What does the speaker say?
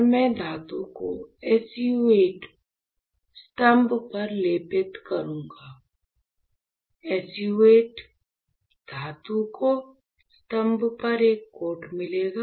और मैं धातु को SU 8 स्तंभ पर लेपित करूंगा धातु को SU 8 स्तंभ पर एक कोट मिलेगा